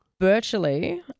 Virtually